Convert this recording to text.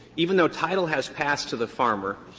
even though title has passed to the farmer,